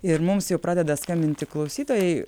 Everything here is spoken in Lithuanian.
ir mums jau pradeda skambinti klausytojai